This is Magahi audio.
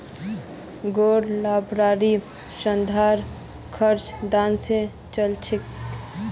गैर लाभकारी संस्थार खर्च दान स चल छेक